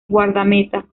guardameta